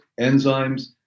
enzymes